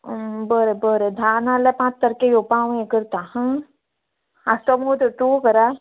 बरें बरें धा नाल्यार पांच तारखेर येवपा हांव हें करता ह आसता मुगो तर तूं घरा